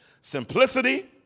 Simplicity